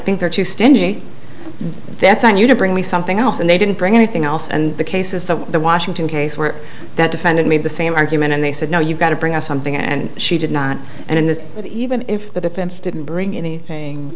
think they're too stingy that's on you to bring me something else and they didn't bring anything else and the case is that the washington case where that defendant made the same argument and they said no you've got to bring up something and she did not and in this even if the defense didn't bring anything